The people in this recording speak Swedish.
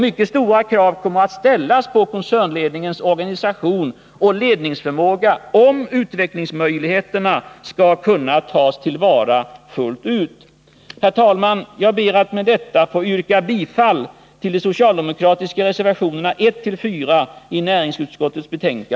Mycket stora krav kommer att ställas på koncernledningens organisation och ledningsförmåga, om utvecklingsmöj ligheterna skall kunna tas till vara fullt ut. Nr 155 Herr talman! Jag ber med detta att få yrka bifall till de socialdemokratiska